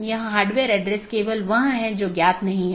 इन मार्गों को अन्य AS में BGP साथियों के लिए विज्ञापित किया गया है